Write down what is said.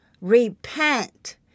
Repent